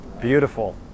Beautiful